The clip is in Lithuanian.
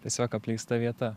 tiesiog apleista vieta